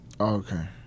okay